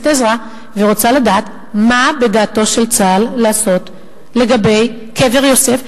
עזרא ורוצה לדעת מה בדעתו של צה"ל לעשות לגבי קבר יוסף,